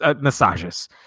massages